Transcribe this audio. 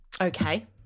Okay